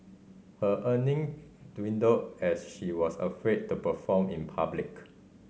her earning dwindled as she was afraid to perform in public